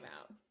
out